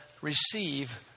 receive